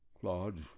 Claude